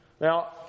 Now